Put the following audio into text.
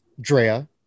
Drea